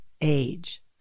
age